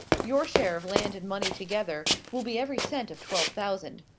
your share of land and money together will be every cent of twelve thousand.